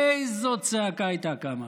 איזו צעקה הייתה קמה,